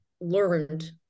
learned